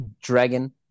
Dragon